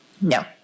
No